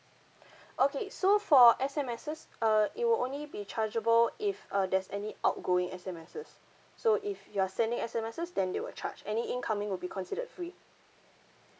okay so for S_M_Ses err it will only be chargeable if uh there's any outgoing S_M_Ses so if you are sending S_M_Ses then they will charge any incoming would be considered free